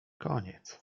koniec